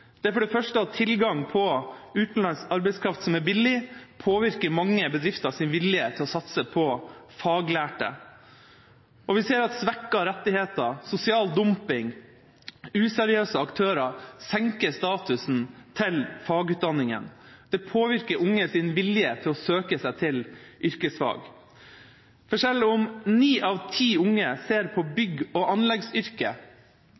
det er for det første at tilgang på utenlandsk arbeidskraft som er billig, påvirker mange bedrifters vilje til å satse på faglærte. Vi ser at svekkede rettigheter, sosial dumping og useriøse aktører senker statusen til fagutdanningene. Det påvirker unges vilje til å søke seg til yrkesfag, for selv om ni av ti unge ser på